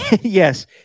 Yes